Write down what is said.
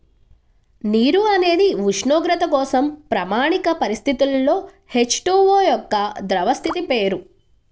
నీరు అనేది ఉష్ణోగ్రత కోసం ప్రామాణిక పరిస్థితులలో హెచ్.టు.ఓ యొక్క ద్రవ స్థితి పేరు